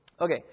Okay